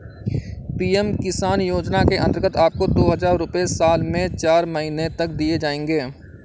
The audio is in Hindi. पी.एम किसान योजना के अंतर्गत आपको दो हज़ार रुपये साल में चार महीने तक दिए जाएंगे